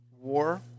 war